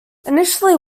initially